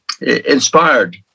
inspired